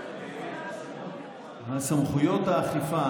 סמכויות האכיפה,